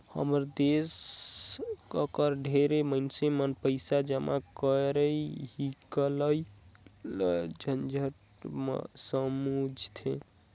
हमर देस कर ढेरे मइनसे मन पइसा जमा करई हिंकलई ल झंझट समुझथें